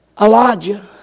Elijah